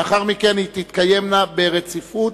ולאחר מכן הן תתקיימנה ברציפות,